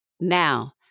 Now